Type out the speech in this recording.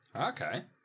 Okay